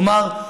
כלומר,